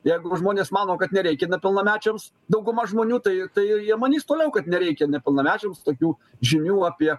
jeigu žmonės mano kad nereikia nepilnamečiams dauguma žmonių tai tai jie manys toliau kad nereikia nepilnamečiams tokių žinių apie